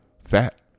Fat